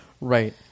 right